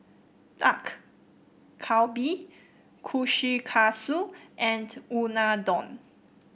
Dak Galbi Kushikatsu and Unadon